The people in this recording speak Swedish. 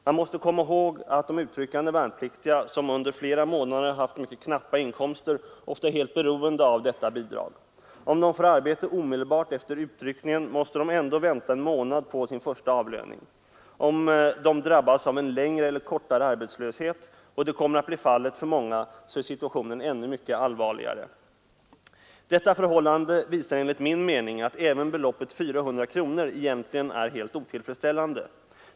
Man måste komma ihåg att de utryckande värnpliktiga, som under flera månader haft mycket knappa inkomster, ofta är helt beroende av detta bidrag. Om de får arbete omedelbart efter utryckningen måste de ändock vänta en månad på sin första avlöning. Om de drabbas av en längre eller kortare arbetslöshet, och det kommer att bli fallet för många, så är situationen ännu mycket allvarligare. Detta förhållande visar enligt min mening att även beloppet 400 kronor egentligen är helt otillfredsställande.